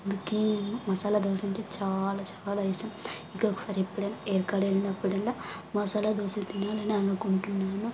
అందుకే మసాలా దోస అంటే చాలా చాలా ఇష్టం ఇంకొకసారి ఎప్పుడైనా యాడికన్నా ఎళ్ళినప్పుడైనా మసాలా దోస తినాలనే అనుకుంటున్నాను